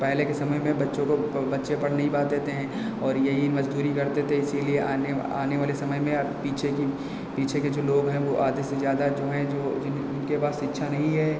पहले के समय में बच्चों को ब बच्चे पढ़ नहीं पाते थे और यही मजदूरी करते थे इसीलिए आने वा आने वाले समय में अर पीछे की पीछे के जो लोग हैं वह आधे से ज़्यादा जो हैं जो जिन जिनके पास शिक्षा नहीं है